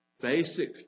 basic